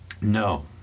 No